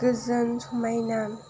गोजोन समायना